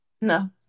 no